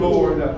Lord